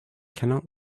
cannot